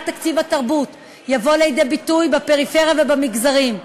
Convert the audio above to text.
תקציב התרבות יבוא לידי ביטוי בפריפריה ובמגזרים.